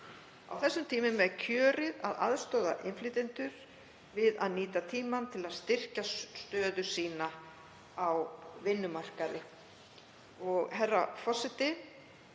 þessum tímum er kjörið að aðstoða innflytjendur við að nýta tímann til að styrkja stöðu sína á vinnumarkaði